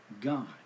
God